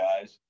guys